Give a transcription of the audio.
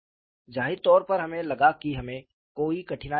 जाहिर तौर पर हमें लगा कि हमें कोई कठिनाई नहीं है